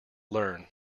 learn